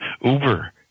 Uber